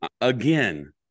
Again